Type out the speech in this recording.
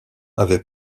avaient